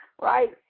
right